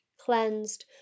cleansed